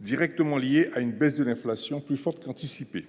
directement liée à une baisse de l’inflation plus forte qu’anticipée.